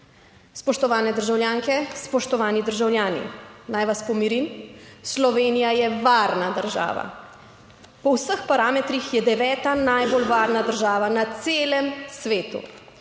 Spoštovane državljanke, spoštovani državljani. Naj vas pomirim, Slovenija je varna država. Po vseh parametrih je deveta najbolj varna država na celem svetu.